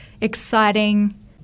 exciting